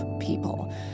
people